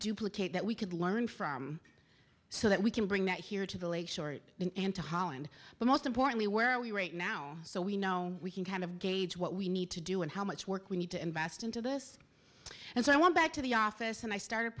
duplicate that we could learn from so that we can bring that here to bill a short and to holland but most importantly where are we right now so we know we can kind of gauge what we need to do and how much work we need to invest into this and so i went back to the office and i started